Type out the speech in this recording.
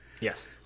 Yes